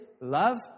love